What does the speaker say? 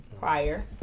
prior